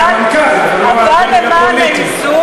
אבל, זה המנכ"ל, אבל לא הדרג הפוליטי.